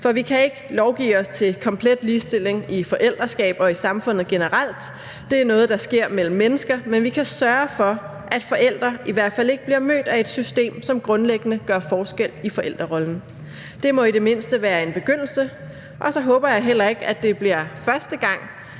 For vi kan ikke lovgive os til komplet ligestilling i forældreskabet og i samfundet generelt – det er noget, der sker mellem mennesker – men vi kan sørge for, at forældre i hvert fald ikke bliver mødt af et system, som grundlæggende gør forskel i forældrerollen. Det må i det mindste være en begyndelse, og så håber jeg heller ikke, at det bliver første gang,